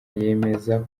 yemeza